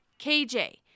KJ